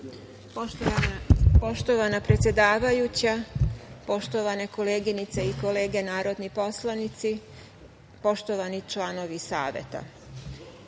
Poštovana predsedavajuća, poštovane koleginice i kolege narodni poslanici, poštovani članovi Saveta,